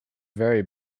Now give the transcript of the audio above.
vary